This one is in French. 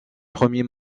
premiers